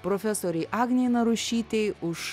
profesorei agnei narušytei už